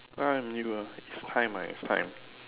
I M U ah it's time ah it's time